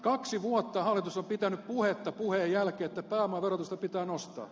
kaksi vuotta hallitus on pitänyt puhetta puheen jälkeen että pääomaverotusta pitää nostaa